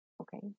okay